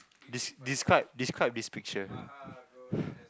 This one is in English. des~ describe describe this picture